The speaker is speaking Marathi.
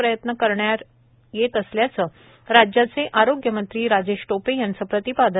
प्रयत्न करण्यात येत असल्याच राज्याचे आरोग्य मंत्री राजेश टोपे यांच प्रतिपादन